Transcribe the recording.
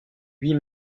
huit